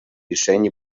disseny